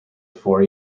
four